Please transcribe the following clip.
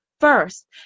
first